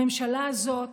הממשלה הזאת